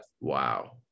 Wow